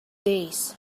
days